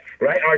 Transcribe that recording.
right